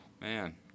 Man